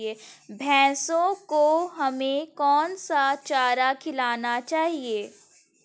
भैंसों को हमें कौन सा चारा खिलाना चाहिए?